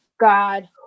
God